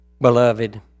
beloved